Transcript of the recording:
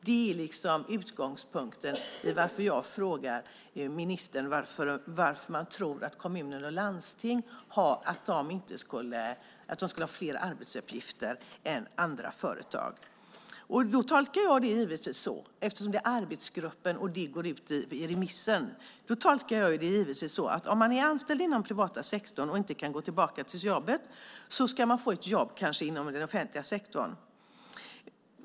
Det är utgångspunkten för min fråga till ministern om varför man tror att kommuner och landsting skulle ha fler arbetsuppgifter än andra företag. Eftersom det är arbetsguppen som säger så och det går ut i remissen tolkar jag det givetvis som att om man är anställd i den privata sektorn och inte kan gå tillbaka till jobbet ska man få ett jobb inom den offentliga sektorn.